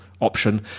option